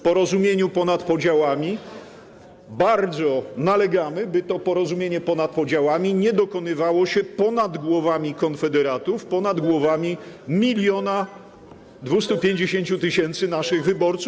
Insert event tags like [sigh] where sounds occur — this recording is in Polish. porozumieniu ponad podziałami, bardzo nalegamy, by to porozumienie ponad podziałami nie dokonywało się ponad głowami konfederatów, [noise] ponad głowami 1250 tys. naszych wyborców.